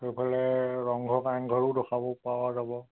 এইফালে ৰংঘৰ কাৰেংঘৰো দেখুৱাব পৰা যাব